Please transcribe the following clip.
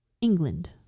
England